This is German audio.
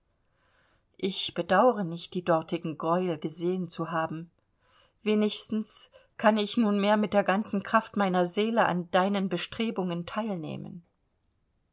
ich bedauere nicht die dortigen greuel gesehen zu haben wenigstens kann ich nunmehr mit der ganzen kraft meiner seele an deinen bestrebungen teilnehmen